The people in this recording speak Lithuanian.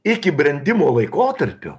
iki brendimo laikotarpio